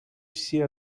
все